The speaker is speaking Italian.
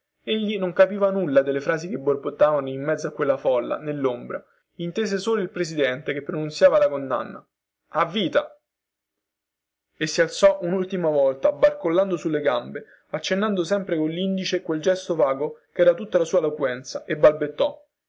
limputato egli non capiva nulla delle frasi che borbottavano in mezzo a quella folla nellombra intese solo il presidente che pronunziava la condanna a vita e si alzò unultima volta barcollando sulle gambe accennando sempre collindice quel gesto vago chera tutta la sua eloquenza e balbettò